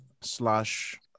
slash